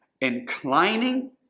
inclining